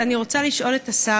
אני רוצה לשאול את השר,